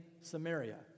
Samaria